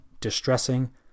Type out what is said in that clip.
distressing